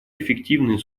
эффективный